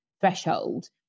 threshold